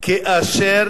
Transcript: כאשר